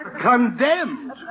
Condemned